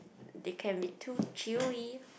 they can be too chewy